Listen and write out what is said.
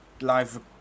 live